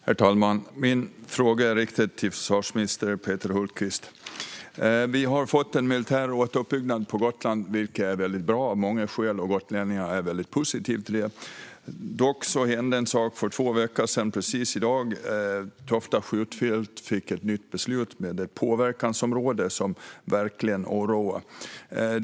Herr talman! Min fråga riktar sig till försvarsminister Peter Hultqvist. Vi har fått en militär återuppbyggnad på Gotland, vilket är väldigt bra av många skäl, och gotlänningarna är väldigt positiva till det. Dock hände en sak för i dag precis två veckor sedan. Tofta skjutfält fick ett nytt beslut med ett påverkansområde som verkligen oroar.